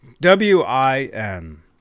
W-I-N